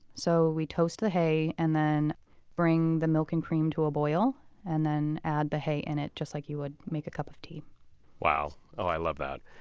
so we toast the hay and then bring the milk and cream to a boil and then add the hay in it just like you would make a cup of tea wow. i love that.